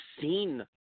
seen